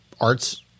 arts